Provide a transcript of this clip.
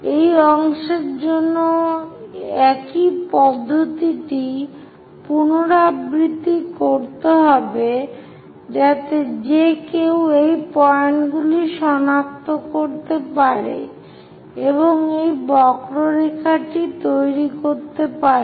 এই অংশের জন্য একই পদ্ধতিটি পুনরাবৃত্তি করতে হবে যাতে যে কেউ এই পয়েন্টগুলি সনাক্ত করতে পারে এবং এই বক্ররেখাটি তৈরি করতে পারে